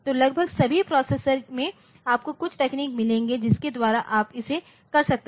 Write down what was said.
तो लगभग सभी प्रोसेसर में आपको कुछ तकनीक मिलेंगे जिसके द्वारा आप इसे कर सकते हैं